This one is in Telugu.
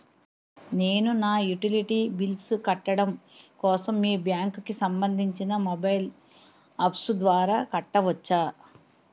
నేను నా యుటిలిటీ బిల్ల్స్ కట్టడం కోసం మీ బ్యాంక్ కి సంబందించిన మొబైల్ అప్స్ ద్వారా కట్టవచ్చా?